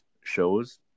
shows